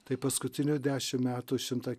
tai paskutinių dešim metų šimtą